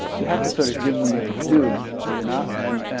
you have to sort of give them their due, do you not, and